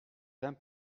dames